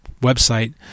website